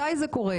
מתי זה קורה?